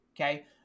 okay